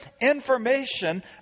information